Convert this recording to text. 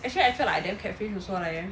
actually I felt like I damn catfish also leh